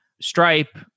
Stripe